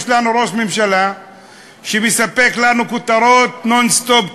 יש לנו ראש ממשלה שמספק לנו כותרות נון-סטופ,